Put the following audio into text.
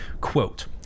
Quote